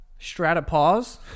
Stratopause